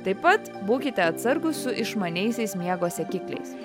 taip pat būkite atsargūs su išmaniaisiais miego sekikliais